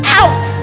out